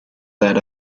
that